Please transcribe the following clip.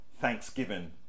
Thanksgiving